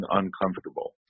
uncomfortable